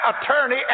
attorney